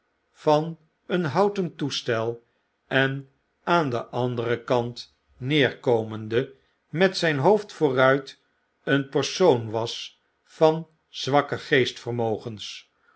van een houten toestel en aan den anderen kant neerkomende met zp hoofd vooruit een persoon was van zwakke